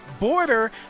border